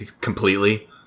completely